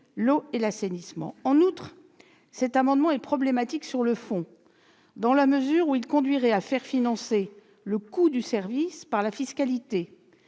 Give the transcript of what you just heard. budget unique. En outre, le présent amendement est problématique sur le fond, dans la mesure où il conduirait à faire financer le coût du service par de la fiscalité,